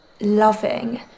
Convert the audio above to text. loving